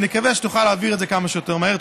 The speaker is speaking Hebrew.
ונקווה שהיא תוכל להעביר את זה כמה שיותר מהר.